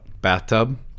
Bathtub